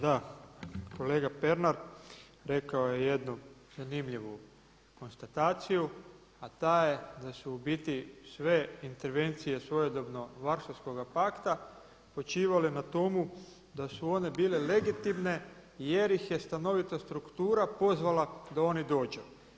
Da, kolega Pernar rekao je jednu zanimljivu konstataciju, a ta je da su u biti sve intervencije svojedobno Varšavskoga pakta počivale na tomu da su one bile legitimne jer ih je stanovita struktura pozvala da oni dođu.